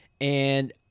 And-